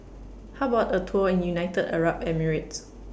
How about A Tour in United Arab Emirates